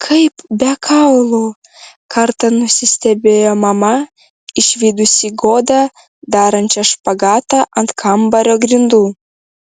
kaip be kaulų kartą nusistebėjo mama išvydusi godą darančią špagatą ant kambario grindų